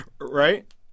right